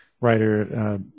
writer